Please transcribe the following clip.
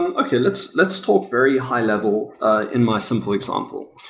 and okay, let's let's talk very high-level in my simple example.